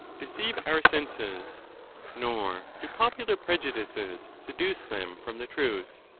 deceive our senses nor do popular preju dices seduce them from the truth.